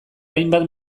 hainbat